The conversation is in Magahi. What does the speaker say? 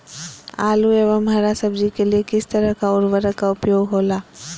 आलू एवं हरा सब्जी के लिए किस तरह का उर्वरक का उपयोग होला?